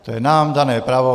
To je nám dané právo.